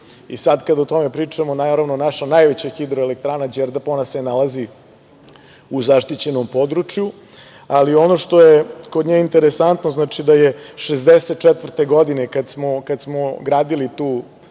kada o tome pričamo, naravno, naša najveća hidroelektrana Đerdap se nalazi u zaštićenom području, ali ono što je kod nje interesantno je da je 1964. godine kada smo gradili tu hidroelektranu